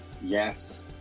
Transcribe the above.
Yes